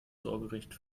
sorgerecht